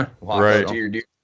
right